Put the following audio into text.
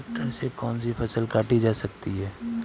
Tractor से कौन सी फसल काटी जा सकती हैं?